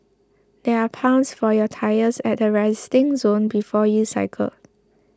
there are pumps for your tyres at the resting zone before you cycle